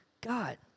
God